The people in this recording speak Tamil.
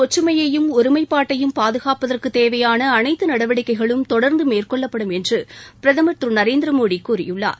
ஒற்றுமையயும் ஒருமைப்பாட்டையும் பாதுகாப்பதற்கு தேவையான நாட்டின் அனைத்து நடவடிக்கைகளும் தொடர்ந்து மேற்கொள்ளப்படும் என்று பிரதமர் திரு நரேந்திர மோடி கூறியுள்ளார்